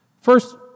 First